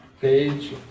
page